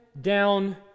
down